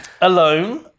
alone